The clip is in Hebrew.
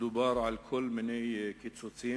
דובר על כל מיני קיצוצים,